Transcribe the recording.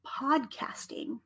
podcasting